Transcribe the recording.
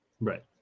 Right